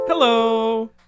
Hello